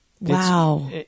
wow